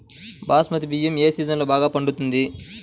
బాస్మతి బియ్యం ఏ సీజన్లో బాగా పండుతుంది?